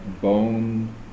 bone